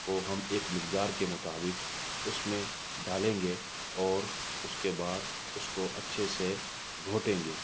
کو ہم ایک مقدار کے مطابق اس میں ڈالیں گے اور اس کے بعد اس کو اچھے سے گھوٹیں گے